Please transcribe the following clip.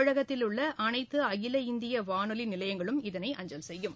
தமிழகத்தில் உள்ள அனைத்து அகில இந்திய வானொலி நிலையங்களும் இதனை அஞ்சல் செய்யும்